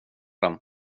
den